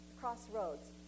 crossroads